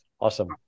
Awesome